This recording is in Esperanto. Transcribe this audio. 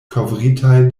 kovritaj